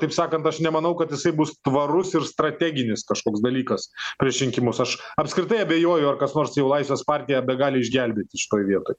taip sakant aš nemanau kad jisai bus tvarus ir strateginis kažkoks dalykas prieš rinkimus aš apskritai abejoju ar kas nors jau laisvės partiją begali išgelbėti šitoj vietoj